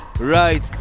right